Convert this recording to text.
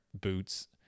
boots